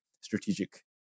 strategic